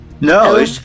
No